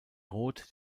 rot